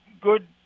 good